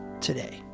today